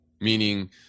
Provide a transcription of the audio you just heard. meaning